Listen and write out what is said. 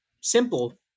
Simple